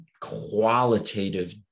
qualitative